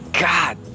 God